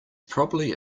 probably